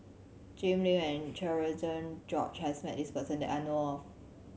Jim Lim and Cherian George has met this person that I know of